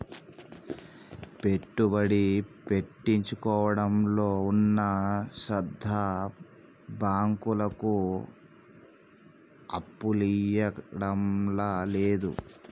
పెట్టుబడి పెట్టించుకోవడంలో ఉన్న శ్రద్ద బాంకులకు అప్పులియ్యడంల లేదు